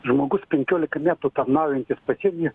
žmogus penkiolika metų tarnaujantis pasienyje